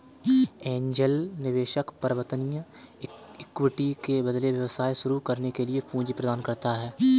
angel निवेशक परिवर्तनीय equity के बदले व्यवसाय शुरू करने के लिए पूंजी प्रदान करता है